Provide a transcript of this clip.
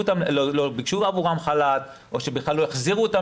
אותן ולא ביקשו עבורן חל"ת או שלא החזירו אותן